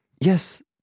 Yes